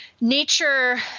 Nature